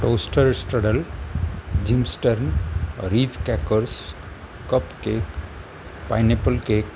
toaster strudel जिम्स्टर्न Ritz crackers cupcake pineapple cake